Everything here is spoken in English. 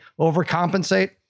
overcompensate